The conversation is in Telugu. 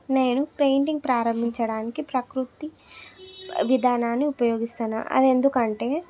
నేను పెయింటింగ్ ప్రారంభించడానికి ప్రకృతి విధానాన్ని ఉపయోగిస్తాను అది ఎందుకంటే